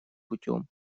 путем